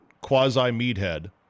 quasi-meathead